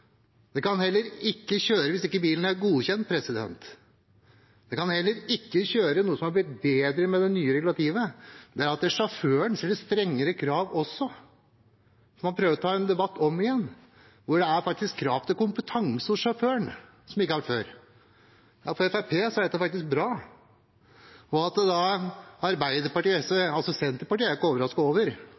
hvis ikke bilen er godkjent. Noe som har blitt bedre med det nye regulativet, er at det også er strengere krav til sjåføren. Man prøver å ta en debatt om igjen, hvor det faktisk er krav til kompetanse hos sjåføren som ikke har vært før. For Fremskrittspartiet er dette faktisk bra. Jeg er ikke overrasket over Senterpartiet. De tviholder på en gammel løsning, det tradisjonelle taksameteret, at